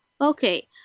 Okay